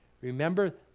Remember